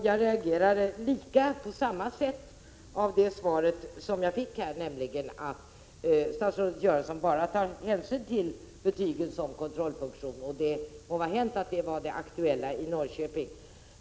Jag reagerar på samma sätt på det svar jag här fick: statsrådet Göransson tar hänsyn bara till betygens kontrollfunktion — det må sedan vara hänt att det var det aktuella i Norrköping.